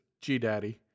G-Daddy